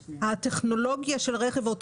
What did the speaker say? ואולי ה-400 יהפכו ל-4,000 ואז לא התייחסנו